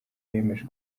yiyemeje